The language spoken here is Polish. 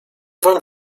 wam